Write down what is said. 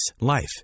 life